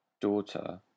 daughter